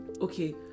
okay